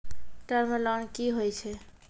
Term loan कि होय छै?